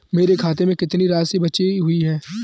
मेरे खाते में कितनी राशि बची हुई है?